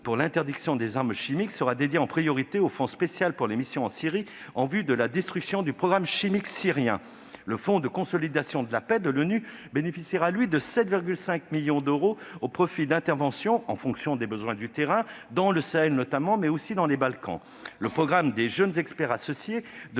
pour l'interdiction des armes chimiques, l'OIAC, sera consacré en priorité au fonds spécial pour les missions en Syrie, en vue de la destruction du programme chimique syrien. Le fonds de consolidation de la paix de l'ONU bénéficiera quant à lui de 7,5 millions d'euros, au profit d'interventions engagées en fonction des besoins du terrain, notamment dans le Sahel, mais aussi dans les Balkans. Le programme « Jeunes experts associés